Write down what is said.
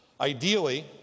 Ideally